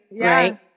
right